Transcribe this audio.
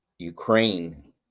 Ukraine